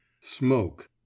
smoke